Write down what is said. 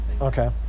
okay